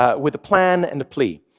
ah with a plan and a plea.